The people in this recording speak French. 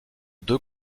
deux